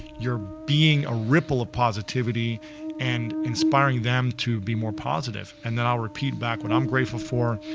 you're being a ripple of positivity and inspiring them to be more positive. and then i'll repeat back what i'm grateful for.